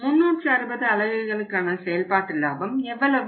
360 அலகுகளுக்கான செயல்பாட்டு லாபம் எவ்வளவு